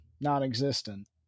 non-existent